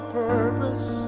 purpose